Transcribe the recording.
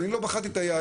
אני לא בחרתי את היעדים.